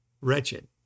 wretched